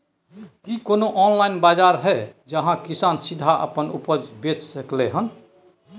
की कोनो ऑनलाइन बाजार हय जहां किसान सीधा अपन उपज बेच सकलय हन?